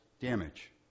damage